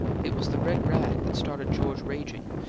it was the red rag that started george raging,